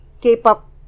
K-pop